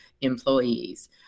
employees